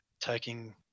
taking